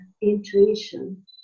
intuition